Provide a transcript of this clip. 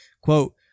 quote